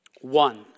One